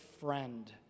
friend